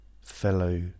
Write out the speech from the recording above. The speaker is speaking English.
fellow